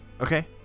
okay